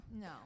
no